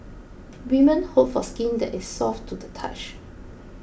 women hope for skin that is soft to the touch